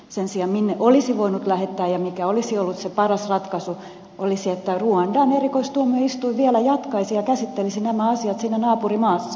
sen sijaan paras ratkaisu minne olisi voinut lähettää olisi ollut se että ruanda erikoistuomioistuin vielä olisi jatkanut ja käsitellyt nämä asiat siinä naapurimaassa